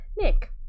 Nick